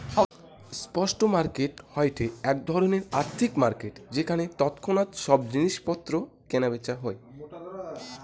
spot market হয়ঠে এক ধরণের আর্থিক মার্কেট যেখানে তৎক্ষণাৎ সব জিনিস পত্র কেনা বেচা হই